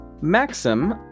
Maxim